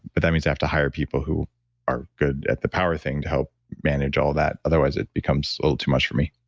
but that means i have to hire people who are good at the power thing, to help manage all that. otherwise, it becomes a little too much for me